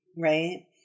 Right